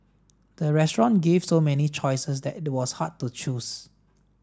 the restaurant gave so many choices that it was hard to choose